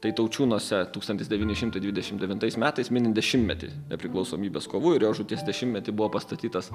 tai taučiūnuose tūkstantis devyni šimtai dvidešimt devintais metais minint dešimtmetį nepriklausomybės kovų ir jo žūties dešimtmetį buvo pastatytas